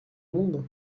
monde